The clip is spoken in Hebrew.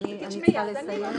אני צריכה לסיים.